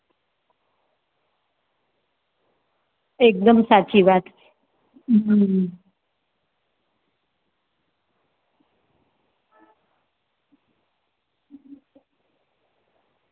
એકદમ સાચી વાત